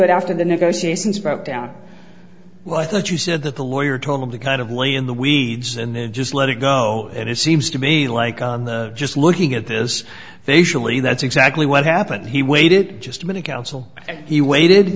it after the negotiations broke down well i thought you said that the lawyer told them to kind of lay in the weeds and then just let it go and it seems to me like just looking at this they usually that's exactly what happened he waited just a minute counsel and he waited